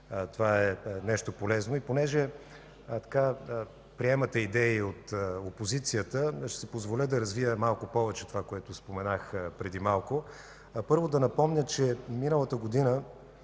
Той е нещо полезно. Понеже приемате идеи от опозицията, ще си позволя да развия малко повече това, което споменах преди малко. Първо, да напомня, че миналата година